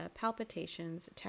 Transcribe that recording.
palpitations